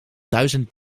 duizend